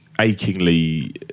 achingly